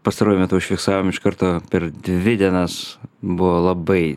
pastaruoju metu užfiksavom iš karto per dvi dienas buvo labai